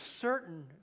certain